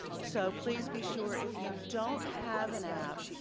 so please be sure if you don't have an app